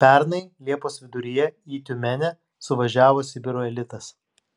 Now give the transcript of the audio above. pernai liepos viduryje į tiumenę suvažiavo sibiro elitas